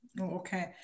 Okay